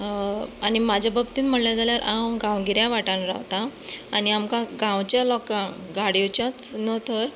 आनी म्हजे बाबतीन म्हणलें जाल्यार हांव गांवगिऱ्या वाठारांत रावतां आनी आमकां गांवच्या लोकांक गाडयेच्यो न तर